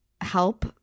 help